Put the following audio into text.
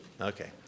Okay